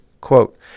Quote